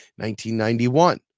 1991